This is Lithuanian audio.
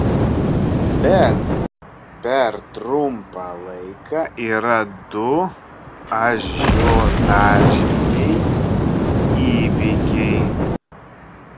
bet per trumpą laiką yra du ažiotažiniai įvykiai